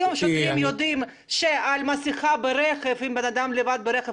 היום השוטרים יודעים שאם אדם יושב לבד ברכב